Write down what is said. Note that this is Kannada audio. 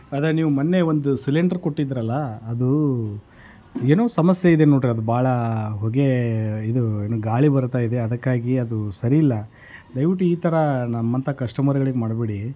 ಅದು ನೀವು ಮೊನ್ನೆ ಒಂದು ಸಿಲಿಂಡ್ರ್ ಕೊಟ್ಟಿದ್ರಲ್ಲಾ ಅದು ಏನೋ ಸಮಸ್ಯೆ ಇದೆ ನೋಡ್ರಿ ಅದು ಭಾಳ ಹೊಗೆ ಇದು ಏನು ಗಾಳಿ ಬರುತ್ತಾ ಇದೆ ಅದಕ್ಕಾಗಿ ಅದು ಸರಿ ಇಲ್ಲ ದಯವಿಟ್ಟು ಈ ಥರ ನಮ್ಮಂತ ಕಸ್ಟಮರ್ಗಳಿಗೆ ಮಾಡಬೇಡಿ